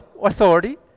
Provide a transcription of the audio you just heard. authority